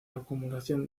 acumulación